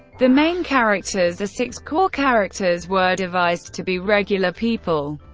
the main characters are six core characters were devised to be regular people,